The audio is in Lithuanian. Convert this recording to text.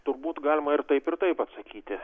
turbūt galima ir taip ir taip atsakyti